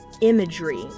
imagery